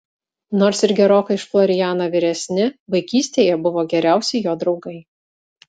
nors ir gerokai už florianą vyresni vaikystėje buvo geriausi jo draugai